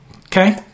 okay